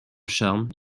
charme